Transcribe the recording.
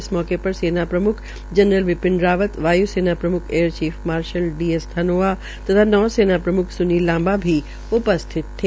इस मौके सेना प्रमुख जरनल बिपिन रावत वाय् सेना प्रम्ख air chief marshal D S Dhanoa तथा नौ सेना प्रम्ख स्नील लांबा भी उपस्थित थे